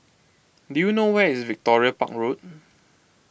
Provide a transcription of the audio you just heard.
do you know where is Victoria Park Road